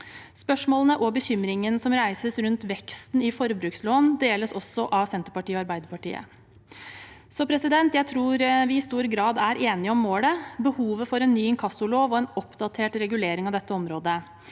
Spørsmålene og bekymringene som reises rundt veksten i forbrukslån, deles også av Senterpartiet og Arbeiderpartiet. Jeg tror vi i stor grad er enige om målet – behovet for en ny inkassolov og en oppdatert regulering av dette området.